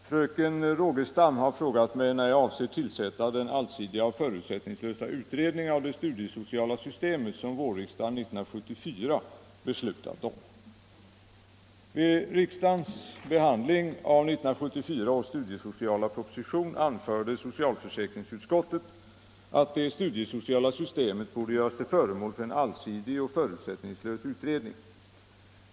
Herr talman! Fröken Rogestam har frågat mig när jag avser tillsätta den allsidiga och förutsättningslösa utredning av det studiesociala systemet som vårriksdagen 1974 beslutat om. Vid riksdagens behandling av 1974 års studiesociala proposition anförde socialförsäkringsutskottet att det studiesociala systemet borde göras till föremål för en allsidig och förutsättningslös utredning.